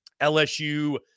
LSU